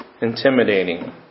intimidating